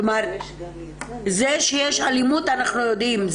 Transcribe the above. כלומר, זה שיש אלימות אנחנו יודעים.